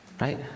Right